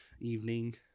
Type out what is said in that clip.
evening